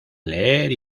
leer